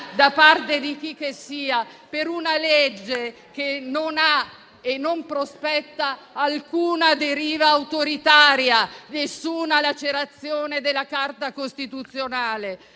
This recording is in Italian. da parte di chicchessia per una legge che non ha e non prospetta alcuna deriva autoritaria, nessuna lacerazione della Carta costituzionale.